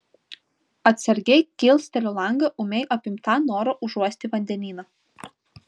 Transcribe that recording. atsargiai kilsteliu langą ūmiai apimta noro užuosti vandenyną